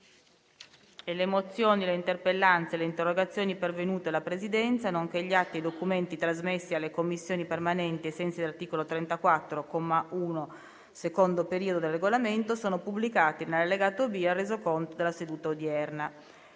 Le mozioni, le interpellanze e le interrogazioni pervenute alla Presidenza, nonché gli atti e i documenti trasmessi alle Commissioni permanenti ai sensi dell'articolo 34, comma 1, secondo periodo, del Regolamento sono pubblicati nell'allegato B al Resoconto della seduta odierna.